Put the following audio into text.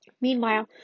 Meanwhile